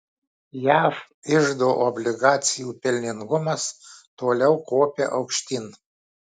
jav iždo obligacijų pelningumas toliau kopia aukštyn